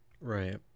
Right